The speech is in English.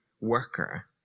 worker